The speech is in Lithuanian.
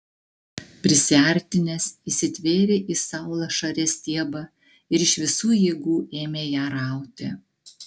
prisiartinęs įsitvėrė į saulašarės stiebą ir iš visų jėgų ėmė ją rauti